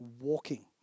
walking